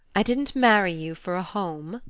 i didn't marry you for a home.